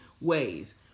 ways